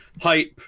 hype